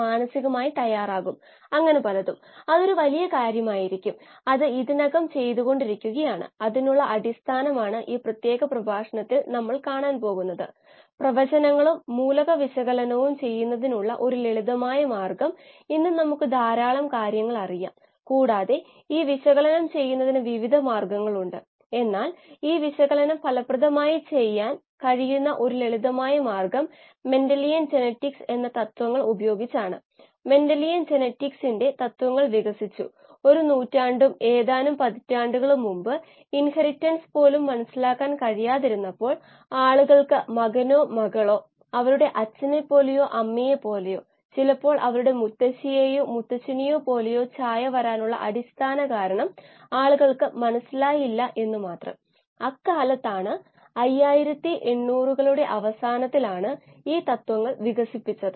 bioreactor 500 ആർപിഎമ്മിൽ കറങ്ങുന്നു മർദ്ദം 1 atm താപനില 370C പ്രസംഗത്തിൽ സൂചിപ്പിച്ചതുപോലെ ഈ എല്ലാ പാരാമീറ്ററുകളും അജിറ്റേഷൻറെ നില ആർപിഎം എയറേഷൻ നില ഒരു മിനിറ്റിൽ ലിറ്ററുകൾ അല്ലെങ്കിൽ ഒരു മിനിറ്റിലെ വോളിയത്തിൽ താപനില മർദ്ദം എല്ലാം kLa മൂല്യത്തെ സ്വാധീനിക്കുന്നു